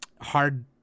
hard